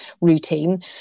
routine